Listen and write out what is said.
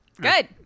Good